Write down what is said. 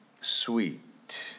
sweet